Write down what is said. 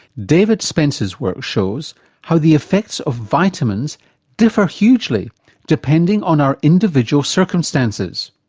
david spence's work shows how the effects of vitamins differ hugely depending on our individual circumstances.